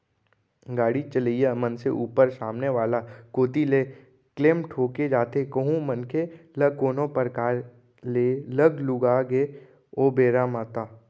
गाड़ी चलइया मनसे ऊपर सामने वाला कोती ले क्लेम ठोंके जाथे कहूं मनखे ल कोनो परकार ले लग लुगा गे ओ बेरा म ता